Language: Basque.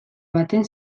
baten